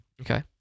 Okay